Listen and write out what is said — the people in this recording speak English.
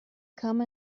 come